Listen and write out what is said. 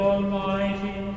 Almighty